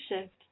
shift